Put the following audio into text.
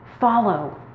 follow